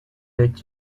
est